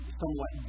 somewhat